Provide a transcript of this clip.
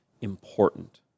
important